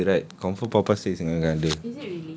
ngada-ngada right confirm papa says ngada-ngada